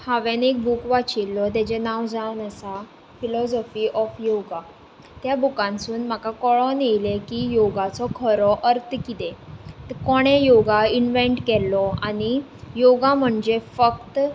हांवें एक बूक वाचिल्लो ताजें नांव जावन आसा फिलॉजॉफी ऑफ योगा त्या बुकानसून म्हाका कळून येयलें की योगाचो खरो अर्थ किदें कोणें योगा इन्वँट केल्लो आनी योगा म्हणजे फक्त